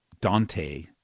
Dante